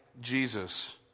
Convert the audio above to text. jesus